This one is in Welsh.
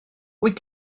wyt